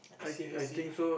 seriously